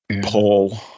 paul